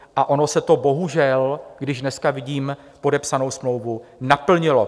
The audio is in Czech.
A ono se to bohužel, když dneska vidím podepsanou smlouvu, naplnilo.